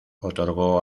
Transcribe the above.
otorgó